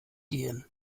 gehen